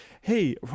hey